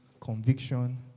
conviction